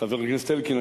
חבר הכנסת אלקין,